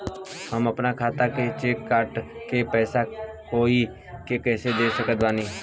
हम अपना खाता से चेक काट के पैसा कोई के कैसे दे सकत बानी?